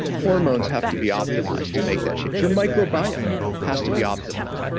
hormones have to be optimized to make that change. your microbiome has to be optimized,